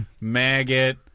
maggot